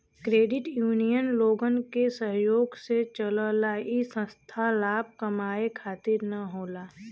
credit union लोगन के सहयोग से चलला इ संस्था लाभ कमाये खातिर न होला